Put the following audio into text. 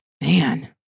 Man